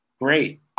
great